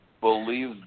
believe